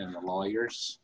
and the lawyers